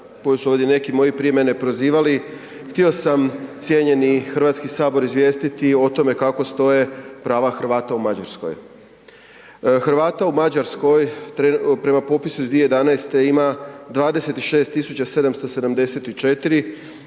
koji su ovdje neki moji prije mene prozivali. Htio sam cijenjeni Hrvatski sabor izvijestiti kako stoje prava Hrvata u Mađarskoj. Hrvata u Mađarskoj prema popisu iz 2011. ima 26.774,